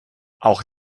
auch